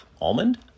almond